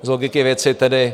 Z logiky věci tedy...